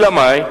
אלא מאי?